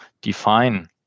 define